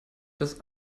das